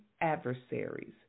adversaries